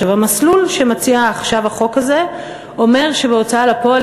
המסלול שמציע עכשיו החוק הזה אומר שבהוצאה לפועל